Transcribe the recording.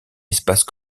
espace